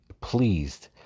pleased